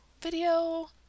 video